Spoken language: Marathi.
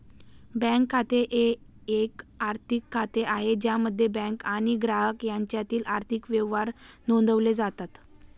बँक खाते हे एक आर्थिक खाते आहे ज्यामध्ये बँक आणि ग्राहक यांच्यातील आर्थिक व्यवहार नोंदवले जातात